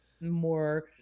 more